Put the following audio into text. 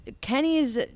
Kenny's